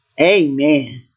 Amen